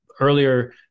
earlier